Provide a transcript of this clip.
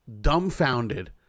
Dumbfounded